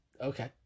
okay